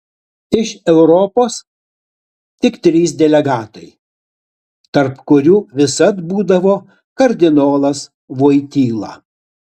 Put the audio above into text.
iš europos tik trys delegatai tarp kurių visad būdavo kardinolas voityla